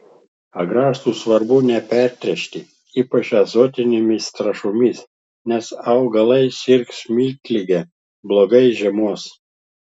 agrastų svarbu nepertręšti ypač azotinėmis trąšomis nes augalai sirgs miltlige blogai žiemos